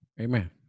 Amen